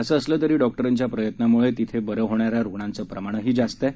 असं असलं तरी डॉक्टरांच्या प्रयत्नांमुळे तिथे बरे होणाऱ्या रुग्णाचं प्रमाणही जास्त आहे